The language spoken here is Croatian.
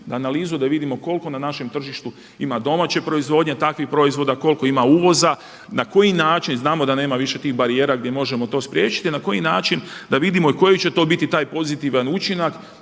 analizu da vidimo koliko na našem tržištu ima domaće proizvodnje takvih proizvoda, koliko ima uvoza, na koji način znamo da nema više tih barijera gdje možemo to spriječiti i na koji način da vidimo i koji će to biti taj pozitivan učinaka